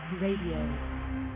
Radio